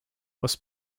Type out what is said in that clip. was